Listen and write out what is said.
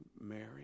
Mary